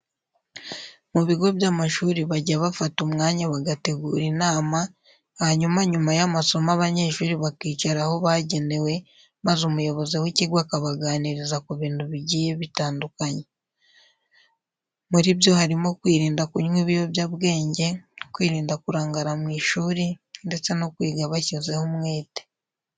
Mu bigo by'amashuri bajya bafata umwanya bagategura inama, hanyuma nyuma y'amasomo abanyeshuri bakicara aho bagenewe maze umuyobozi w'ikigo akabaganiriza ku bintu bigiye bitandukanye. Muri byo harimo kwirinda kunywa ibiyobyabwenge, kwirinda kurangara mu ishuri, ndetse no kwiga bashyizeho umwete.